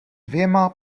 dvěma